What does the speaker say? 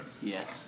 Yes